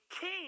king